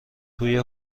توی